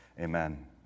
Amen